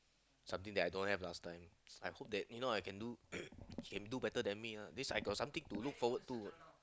something that I don't have last time I hope that you know I can do he can do better than me what means I got something to look forward to what